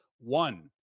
One